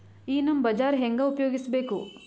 ಈ ನಮ್ ಬಜಾರ ಹೆಂಗ ಉಪಯೋಗಿಸಬೇಕು?